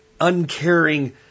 uncaring